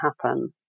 happen